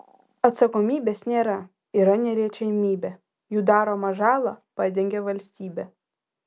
atsakomybės nėra yra neliečiamybė jų daromą žalą padengia valstybė